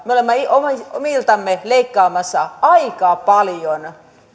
me olemme olemme omiltamme leikkaamassa aika paljon